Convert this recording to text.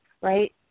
right